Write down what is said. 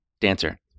Dancer